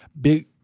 big